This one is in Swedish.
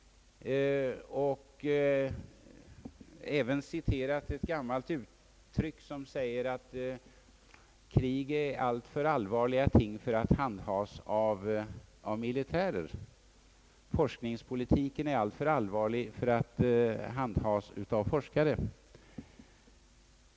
Jag skall även citera ett gammalt uttryck, som säger att krig är alltför allvarliga ting för att handhas av militärer och att forskningspolitiken är alltför allvarlig för att handhas av forskare.